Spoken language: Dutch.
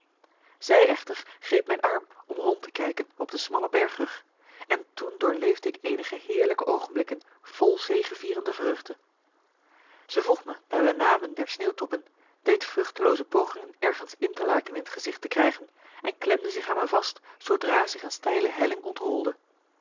zij echter greep mijn arm om rond te kijken op de smalle bergrug en toen doorleefde ik eenige heerlijke oogenblikken vol zegevierende vreugde zij vroeg me naar de namen der sneeuwtoppen deed vruchtelooze pogingen ergens interlaken in t gezicht te krijgen en klemde zich aan me vast zoodra zich een steile helling